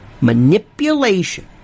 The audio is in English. manipulation